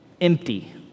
empty